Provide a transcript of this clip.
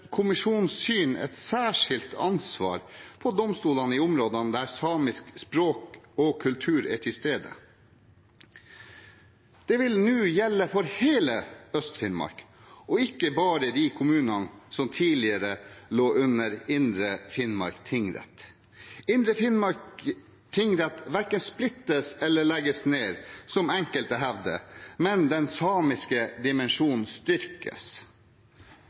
kommisjonens syn et særskilt ansvar på domstolene i områdene der samisk språk og kultur er til stede. Det vil nå gjelde for hele Øst-Finnmark og ikke bare de kommunene som tidligere lå under Indre Finnmark tingrett. Indre Finnmark tingrett verken splittes eller legges ned, som enkelte hevder, men den samiske dimensjonen styrkes.